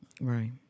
Right